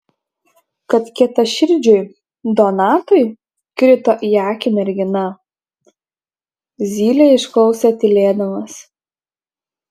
kad kietaširdžiui donatui krito į akį mergina zylė išklausė tylėdamas